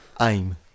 aim